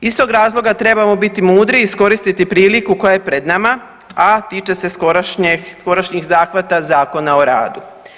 Iz tog razloga trebamo biti mudri i iskoristiti priliku koja je pred nama, a tiče se skorašnjih zahvata Zakona o radu.